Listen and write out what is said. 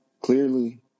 clearly